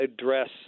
address